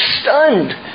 stunned